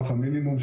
המינימום,